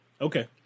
Okay